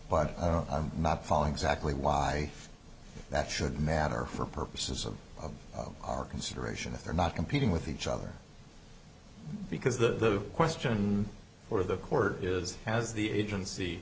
but i don't i'm not falling exactly why that should matter for purposes of our consideration if they're not competing with each other because the question for the court is has the agency